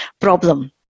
problem